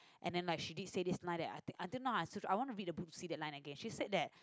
and then like she did say this line that until now I want to read the book to see the line again she said that